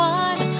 one